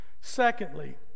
Secondly